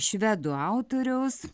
švedų autoriaus